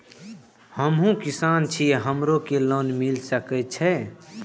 हमू किसान छी हमरो के लोन मिल सके छे?